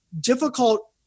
difficult